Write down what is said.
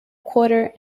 quarter